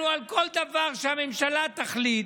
אנחנו, על כל דבר שהממשלה תחליט,